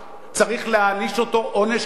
צריך להעניש אותו עונש כבד,